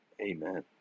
Amen